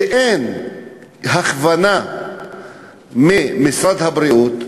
שאין הכוונה ממשרד הבריאות,